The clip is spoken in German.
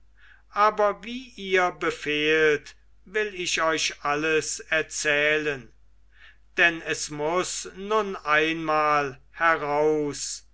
aber wie ihr befehlt will ich euch alles erzählen denn es muß nun einmal heraus